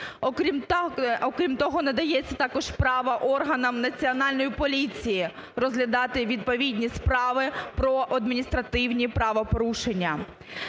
Окрім того, надається також право органам Національної поліції розглядати відповідні справи про адміністративні правопорушення.